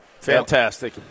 Fantastic